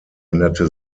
änderte